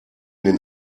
den